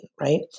Right